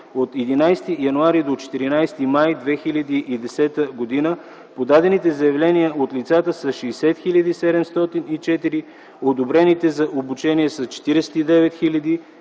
от 11 януари до 14 май 2010 г. подадените заявления от лицата са 60 704, одобрените за обучение са 49 000,